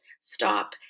Stop